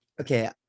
Okay